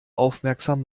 aufmerksam